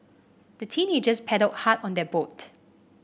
the teenagers paddled hard on their boat